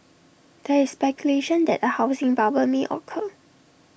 there is speculation that A housing bubble may occur